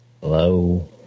Hello